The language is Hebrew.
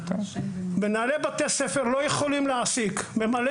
מנהלי בתי ספר לא יכולים להעסיק ממלא